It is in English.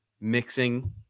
mixing